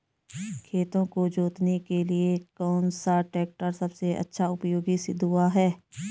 खेतों को जोतने के लिए कौन सा टैक्टर सबसे अच्छा उपयोगी सिद्ध हुआ है?